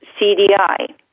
CDI